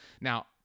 now